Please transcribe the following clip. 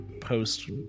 post